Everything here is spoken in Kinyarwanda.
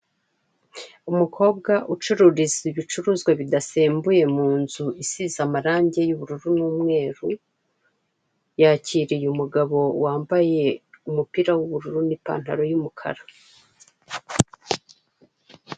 Umukobwa ucururiza ibicuruzwa bidasembuye mu nzu isize amarange y'ubururu n'umweru, yakiriye umugabo wambaye umupira w'ubururu n'ipantaro y'umukara.